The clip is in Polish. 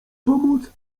pomóc